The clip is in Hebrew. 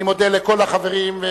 אני מודה לכל החברים.